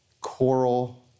coral